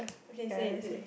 okay say it say